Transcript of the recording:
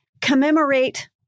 commemorate